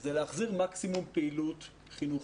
זה להחזיר מקסימום פעילות חינוכית.